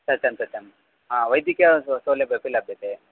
सत्यं सत्यं वैद्यकीयसौलभ्यमपि लभ्यते